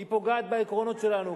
היא פוגעת בעקרונות שלנו.